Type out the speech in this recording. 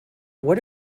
what